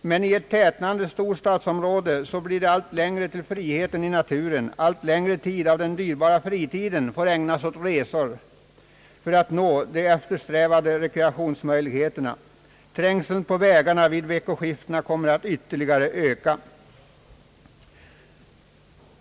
men i ett tätnande storstadsområde blir det allt längre till friheten i naturen — allt längre tid av den dyrbara fritiden måste ägnas åt resor för att nå de eftersträvade rekreationsmöjlikheterna. Trängseln på vägarna vid veckoskiftena kommer ytterligare att öka.